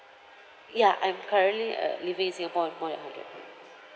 ya I'm currently uh living in singapore in more than hundred